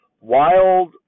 wild